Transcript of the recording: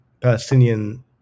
Palestinian